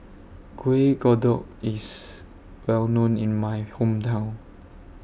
Kuih Kodok IS Well known in My Hometown